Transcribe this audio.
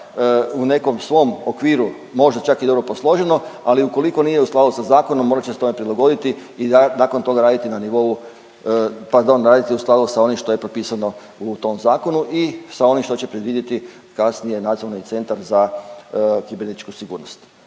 u nekom svom okviru, možda čak i dobro posloženo, ali ukoliko nije u skladu sa zakonom morat će se tome prilagoditi i nakon toga raditi na nivou pardon raditi u skladu s onim što je propisano u tom zakonu i sa onim što će predvidjeti kasnije Nacionalni centar za kibernetičku sigurnost.